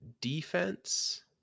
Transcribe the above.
defense